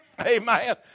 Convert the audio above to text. Amen